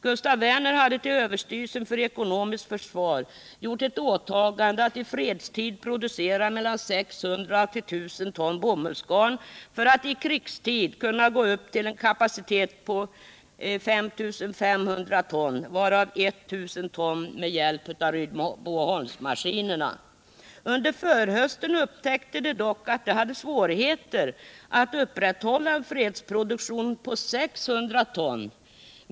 Gustaf Werner AB hade till överstyrelsen för ekonomiskt försvar gjort ett åtagande att i fredstid producera mellan 600 och 1 000 ton bomullsgarn för att ikrigstid kunna gå upp till en kapacitet på 5 400 ton, varav 1 000 ton med hjälp av Rydboholmsmaskinerna. Under förhösten upptäckte man dock att man hade svårigheter att upprätthålla en fredsproduktion på 600 ton.